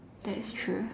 that's true